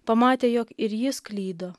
pamatė jog ir jis klydo